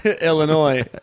illinois